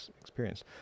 experience